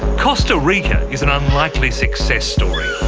costa rica is an unlikely success story, a